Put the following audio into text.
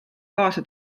kaasa